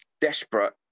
desperate